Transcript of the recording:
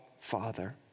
Father